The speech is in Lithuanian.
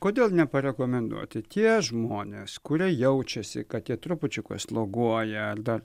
kodėl neparekomenduoti tie žmonės kurie jaučiasi kad jie trupučiuką sloguoja ar dar